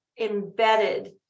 embedded